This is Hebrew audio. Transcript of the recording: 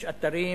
יש אתרים,